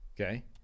Okay